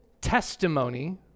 testimony